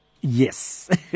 Yes